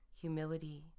humility